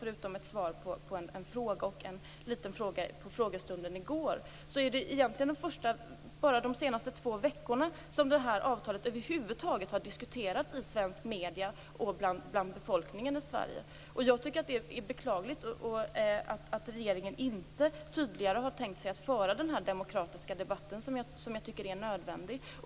Förutom ett svar på en fråga och en liten fråga under frågestunden i går, är det egentligen bara under de senaste två veckorna som det här avtalet över huvud taget har diskuterats i svenska medier och bland befolkningen i Sverige. Jag tycker att det är beklagligt att regeringen inte har tänkt sig att tydligare föra den demokratiska debatt som jag tycker är nödvändig.